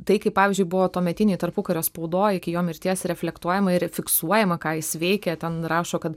tai kaip pavyzdžiui buvo tuometinėj tarpukario spaudoj iki jo mirties reflektuojama ir fiksuojama ką jis veikė ten rašo kad